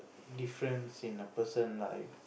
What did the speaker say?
difference in a person life